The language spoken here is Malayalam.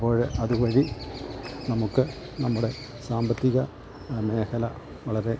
അപ്പോൾ അതുവഴി നമുക്ക് നമ്മുടെ സാമ്പത്തിക മേഖല വളരെ